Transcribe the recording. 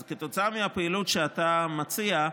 אז כתוצאה מהפעילות שאתה מציע,